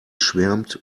schwärmt